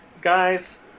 guys